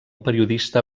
periodista